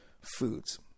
foods